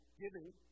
giving